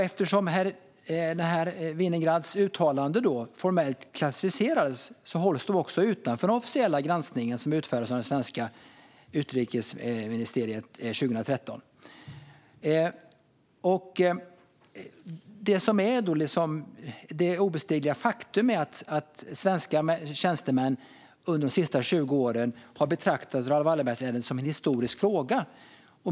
Eftersom Vinogradovs uttalanden formellt klassificerades hölls de också utanför den officiella granskning som utfördes av det svenska utrikesdepartementet 2013. Det är ett obestridligt faktum att svenska tjänstemän under de senaste 20 åren har betraktat Raoul Wallenberg-ärendet som en historisk fråga.